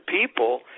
people